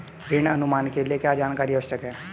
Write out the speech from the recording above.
ऋण अनुमान के लिए क्या जानकारी आवश्यक है?